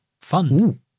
Fun